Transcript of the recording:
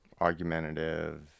argumentative